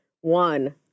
One